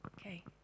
Okay